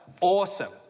Awesome